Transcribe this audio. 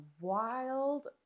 wild